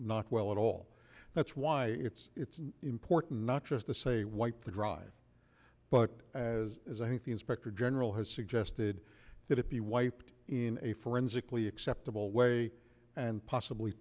not well at all that's why it's important not just to say wipe the drive but as i think the inspector general has suggested that it be wiped in a forensically acceptable way and possibly